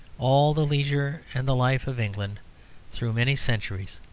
all the leisure and the life of england through many centuries,